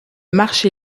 marché